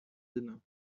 dinner